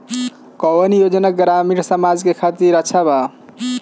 कौन योजना ग्रामीण समाज के खातिर अच्छा बा?